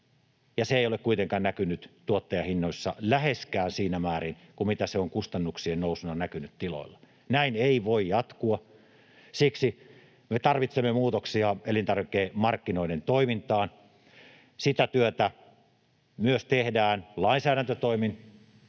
se ei ole kuitenkaan näkynyt tuottajahinnoissa läheskään siinä määrin kuin mitä se on kustannuksien nousuna näkynyt tiloilla. Näin ei voi jatkua. Siksi me tarvitsemme muutoksia elintarvikemarkkinoiden toimintaan. Sitä työtä myös tehdään lainsäädäntötoimin,